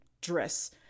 dress